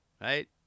right